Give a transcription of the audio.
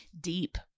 Deep